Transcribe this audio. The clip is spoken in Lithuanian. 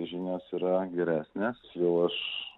žinios yra geresnės jau aš